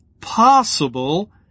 possible